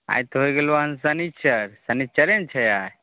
आइ तऽ हो गेलहुँ हँ शनिचर शनिचरे ने छै आइ